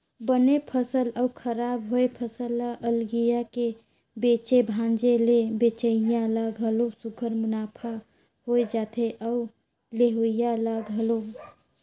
बने फसल अउ खराब होए फसल ल अलगिया के बेचे भांजे ले बेंचइया ल घलो सुग्घर मुनाफा होए जाथे अउ लेहोइया ल घलो